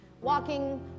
walking